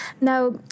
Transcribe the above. Now